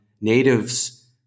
natives